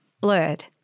blurred